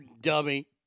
dummy